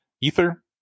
ether